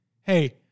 Hey